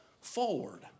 forward